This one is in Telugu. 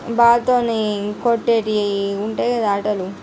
బాల్తోని కొట్టేటివి ఉంటాయి కదా ఆటలు